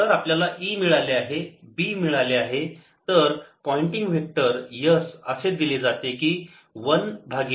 तर आपल्याला E मिळाले आहे B मिळाले आहे तर पॉइंटिंग वेक्टर S असे दिले जाते की 1 भागिले mu naught E cross B